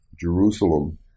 Jerusalem